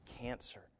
cancer